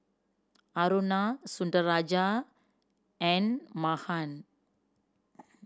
Aruna Sundaraiah and Mahan